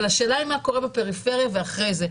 אבל השאלה היא מה קורה בפריפריה ואחרי זה.